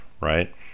right